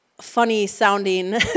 funny-sounding